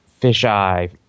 fisheye